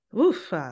Oof